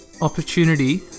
opportunity